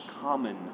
common